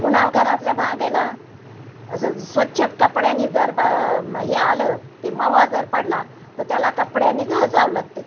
पुन्हा घरातल्या भागेला असं स्वच्छ कपड्यांनी जर बा हे आलं क मवा जर पाडला तर त्याला कपड्यांनी घासावं लागते